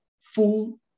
full